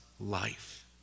life